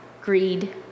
greed